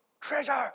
treasure